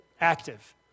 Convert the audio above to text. active